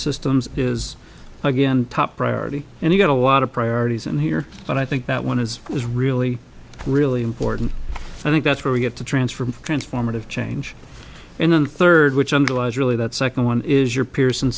systems is again top priority and you got a lot of priorities in here but i think that one is is really really important i think that's where we get to transfer transformative change in and third which underlies really that second one is your peers